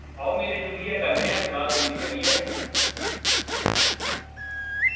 आओ मिली जुलियै करने आं सलाह् गिनती करियै